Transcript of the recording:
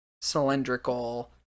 cylindrical